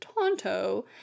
Tonto